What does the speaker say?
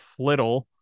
Flittle